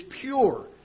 pure